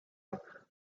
are